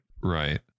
Right